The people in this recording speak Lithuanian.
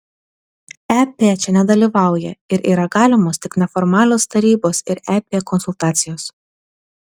ep čia nedalyvauja ir yra galimos tik neformalios tarybos ir ep konsultacijos